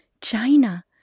China